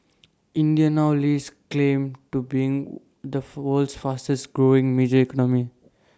India now lays claim to being the world's fastest growing major economy